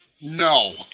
No